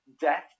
death